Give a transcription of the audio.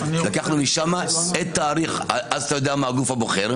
לקחנו משם תאריך אז אתה יודע מה הגוף הבוחר,